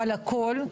אבל הכול,